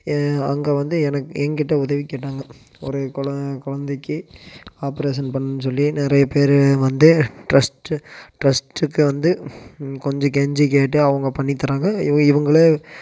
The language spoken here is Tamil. அங்கே வந்து எனக்கு எங்கிட்ட உதவி கேட்டாங்க ஒரு கொழ குழந்தைக்கி ஆப்ரேஷன் பண்ணுன் சொல்லி நிறைய பேரு வந்து ட்ரஸ்ட்டு ட்ரஸ்ட்டுக்கு வந்து கொஞ்சம் கெஞ்சி கேட்டு அவங்க பண்ணி தராங்க இவு இவங்களே